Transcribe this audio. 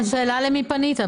השאלה למי פנית.